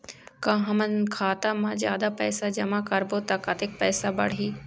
का हमन खाता मा जादा पैसा जमा करबो ता कतेक पैसा बढ़ही?